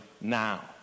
now